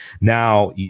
Now